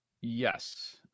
Yes